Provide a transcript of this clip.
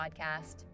podcast